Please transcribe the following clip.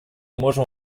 можем